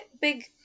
big